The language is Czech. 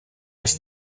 než